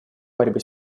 борьбы